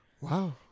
Wow